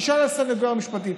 תשאל על הסנגוריה המשפטית,